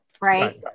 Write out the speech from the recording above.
Right